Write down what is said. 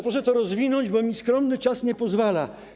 Proszę to rozwinąć, bo mi skromny czas nie pozwala.